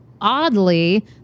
oddly